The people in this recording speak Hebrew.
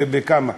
בכמה,